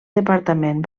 departament